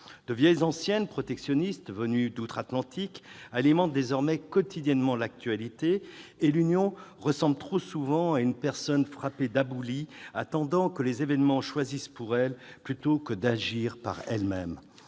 De vieilles antiennes protectionnistes venues d'outre-Atlantique alimentent désormais quotidiennement l'actualité et l'Union ressemble trop souvent à une personne frappée d'aboulie, attendant que les événements choisissent pour elle plutôt que d'agir par elle-même.